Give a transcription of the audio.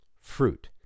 Fruit